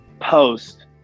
post